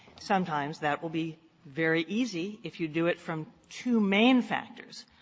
sometimes that will be very easy if you do it from two main factors.